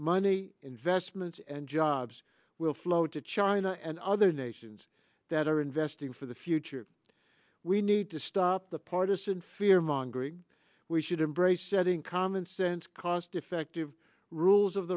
money investments and jobs will flow to china and other nations that are investing for the future we need to stop the partisan fear mongering we should embrace setting commonsense cost effective rules of